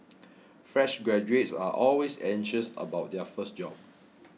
fresh graduates are always anxious about their first job